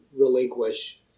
relinquish